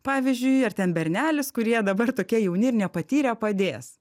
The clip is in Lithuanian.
pavyzdžiui ar ten bernelis kurie dabar tokie jauni ir nepatyrę padės